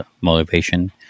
motivation